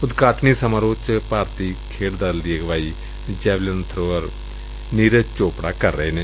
ਉਦਘਾਟਨੀ ਸਮਾਰੋਹ ਚ ਭਾਰਤੀ ਖੇਡ ਦਲ ਦੀ ਅਗਵਾਈ ਜੈਵਿਲਨ ਬਰੋਅਰ ਨੀਰਜ ਚੋਪੜਾ ਕਰ ਰਹੇ ਨੇ